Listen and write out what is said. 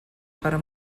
para